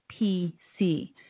PC